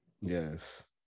Yes